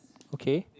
okay